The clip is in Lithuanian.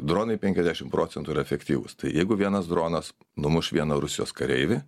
dronai penkiasdešimt procentų yra efektyvūs jeigu vienas dronas numuš vieną rusijos kareivį